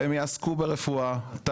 והם יעסקו ברפואה לכל דבר ועניין,